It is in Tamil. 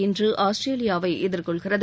இன்று ஆஸ்திரேலியாவை எதிர்கொள்கிறது